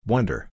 Wonder